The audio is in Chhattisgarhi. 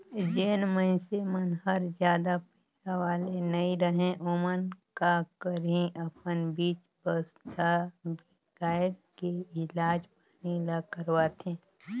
जेन मइनसे मन हर जादा पइसा वाले नइ रहें ओमन का करही अपन चीच बस ल बिगायड़ के इलाज पानी ल करवाथें